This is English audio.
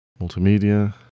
Multimedia